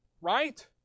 Right